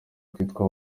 kwitwa